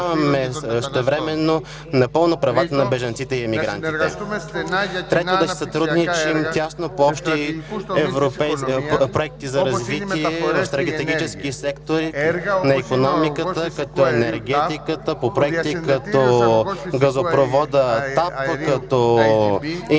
трето, да си сътрудничим тясно по общи европейски проекти за развитие в стратегически сектори на икономиката, като енергетиката, по проекти, какъвто е газопроводът ТАП, като интерконектора